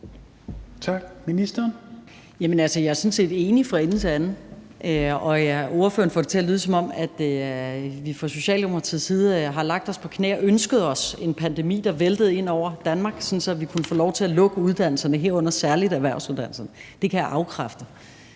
Jamen altså, jeg er sådan set enig fra ende til anden. Ordføreren får det til at lyde, som om vi fra Socialdemokratiets side har lagt os på knæ og ønsket os en pandemi, der væltede ind over Danmark, sådan at vi kunne få lov til at lukke uddannelserne, herunder særlig erhvervsuddannelserne – det kan jeg afkræfte.